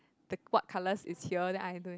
the what colors is here then I